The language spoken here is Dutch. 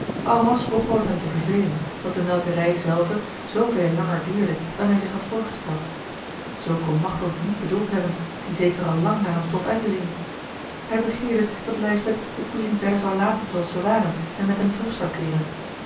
alras begon het hem te vervelen dat de melkerij zelve zooveel langer duurde dan hij zich had voorgesteld zoo kon achteld het niet bedoeld hebben die zeker al lang naar hem stond uit te zien hij begeerde dat lijsbeth de koeien verder zou laten zooals ze waren en met hem terug zou keeren